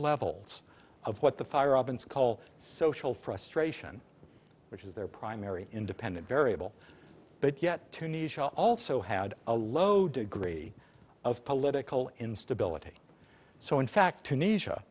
levels of what the fire call social frustration which is their primary independent variable but yet tunisia also had a low degree of political instability so in fact tunisia